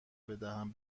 بدهم